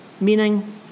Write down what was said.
Meaning